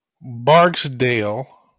Barksdale